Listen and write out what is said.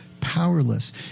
powerless